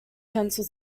pencil